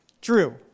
Drew